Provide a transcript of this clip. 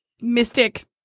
Mystic